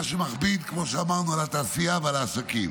מה שמכביד, כמו שאמרנו, על התעשייה ועל העסקים.